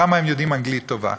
כמה הם יודעים אנגלית טובה.